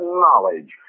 knowledge